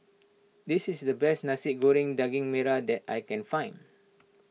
this is the best Nasi Goreng Daging Merah that I can find